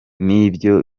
nibyo